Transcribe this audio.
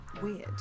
weird